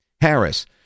Harris